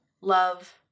love